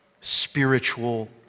spiritual